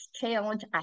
challenge